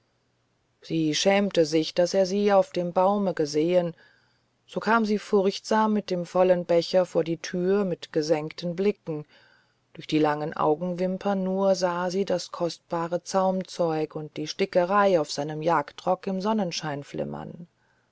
sie schämte sich daß er sie auf dem baume gesehn so kam sie furchtsam mit dem vollen becher vor die tür mit gesenkten blicken durch die langen augenwimpern nur sah sie das kostbare zaumzeug und die stickerei auf seinem jagdrock im sonnenschein flimmern